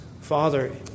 Father